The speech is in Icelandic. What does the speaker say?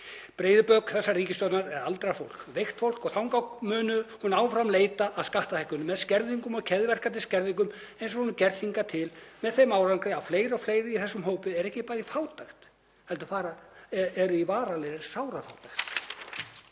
Breiðu bök þessarar ríkisstjórnar eru aldrað fólk og veikt fólk og þangað mun hún áfram leita að skattahækkunum með skerðingum og keðjuverkandi skerðingum eins og hún hefur gert hingað til, með þeim árangri að fleiri og fleiri í þessum hópi eru ekki bara í fátækt heldur eru í varanlegri sárafátækt.